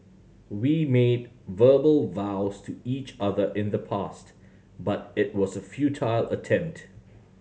we made verbal vows to each other in the past but it was a futile attempt